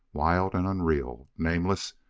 wild and unreal nameless,